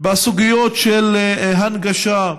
בסוגיות של הנגשה,